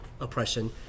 oppression